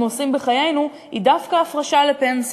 עושים בחיינו היא דווקא ההפרשה לפנסיה.